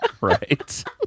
Right